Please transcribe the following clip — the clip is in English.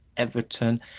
Everton